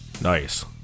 Nice